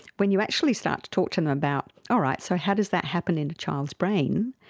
when you actually start to talk to them about, all right, so how does that happen in a child's brain,